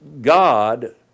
God